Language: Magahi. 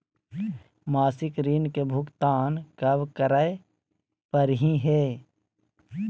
मासिक ऋण के भुगतान कब करै परही हे?